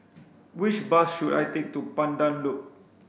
which bus should I take to Pandan Loop